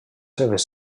seves